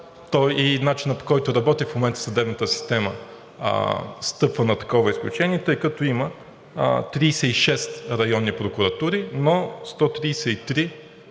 То и начинът, по който работи в момента съдебната система, стъпва на такова изключение, тъй като има 36 районни прокуратури, но 133